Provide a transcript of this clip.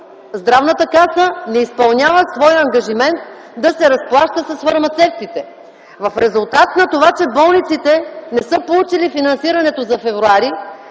Здравната каса не изпълнява своя ангажимент да се разплаща с фармацевтите. В резултат на това, че болниците не са получили финансирането за февруари,